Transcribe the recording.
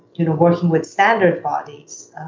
you know working with standard bodies.